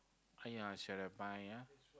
!aiya! I should have buy ya